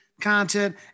content